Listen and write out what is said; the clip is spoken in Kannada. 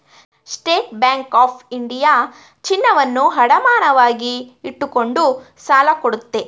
ಸ್ಟೇಟ್ ಬ್ಯಾಂಕ್ ಆಫ್ ಇಂಡಿಯಾ ಚಿನ್ನವನ್ನು ಅಡಮಾನವಾಗಿಟ್ಟುಕೊಂಡು ಸಾಲ ಕೊಡುತ್ತೆ